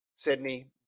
Sydney